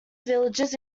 villages